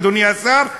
אדוני השר?